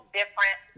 different